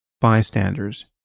bystanders